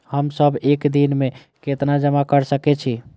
हम सब एक दिन में केतना जमा कर सके छी?